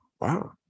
wow